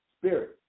spirit